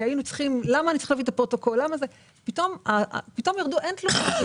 פתאום אין תלונות.